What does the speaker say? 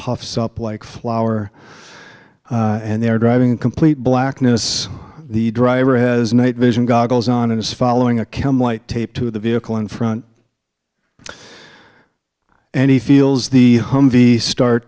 puffs up like flower and they're driving in complete blackness the driver has night vision goggles on and is following a cow might tape to the vehicle in front and he feels the humvee start